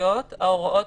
ההוראות